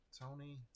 Tony